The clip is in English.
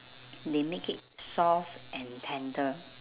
they make it soft and tender